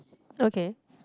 okay